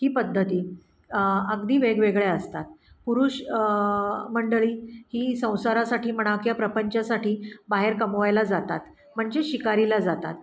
ही पद्धती अगदी वेगवेगळ्या असतात पुरुष मंडळी ही संसारासाठी म्हणा किंवा प्रपंचासाठी बाहेर कमवायला जातात म्हणजे शिकारीला जातात